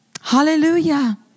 Hallelujah